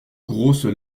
grosses